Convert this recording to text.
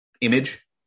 image